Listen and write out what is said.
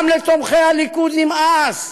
גם לתומכי הליכוד נמאס.